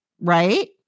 right